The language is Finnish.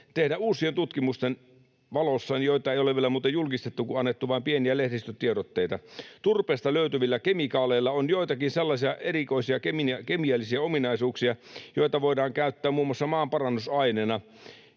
Uusien tutkimusten valossa — joita ei ole muuten vielä julkistettu, vaan on annettu vain pieniä lehdistötiedotteita — turpeesta löytyvillä kemikaaleilla on joitakin sellaisia erikoisia kemiallisia ominaisuuksia, joiden ansiosta niitä voidaan käyttää muun muassa maanparannusaineena,